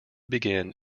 begin